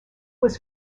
was